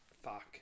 Fuck